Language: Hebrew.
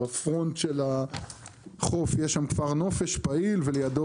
בפרונט של החוף יש כפר נופש פעיל ולידו